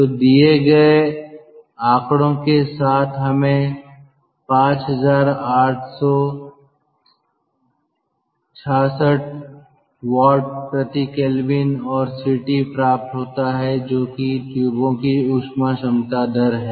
तो दिए गए आंकड़ों के साथ हमें 5866W K और Ct प्राप्त होता है जो कि ट्यूबों की ऊष्मा क्षमता दर है